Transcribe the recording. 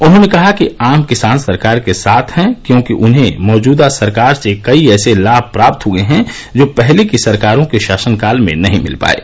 उन्होंने कहा कि आम किसान सरकार के साथ हैं क्योंकि उन्हें मौजूदा सरकार से ऐसे कई लाभ प्राप्त हुए हैं जो पहले की सरकारों के शासनकाल में नहीं मिल पाये